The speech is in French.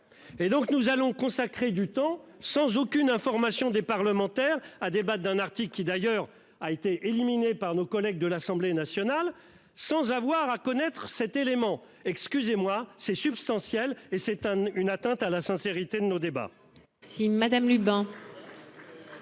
Et donc nous allons consacrer du temps sans aucune information des parlementaires ah débattent d'un article qui d'ailleurs a été éliminé par nos collègues de l'Assemblée nationale sans avoir à connaître cet élément, excusez-moi c'est substantiel et c'est un une atteinte à la sincérité de nos débats.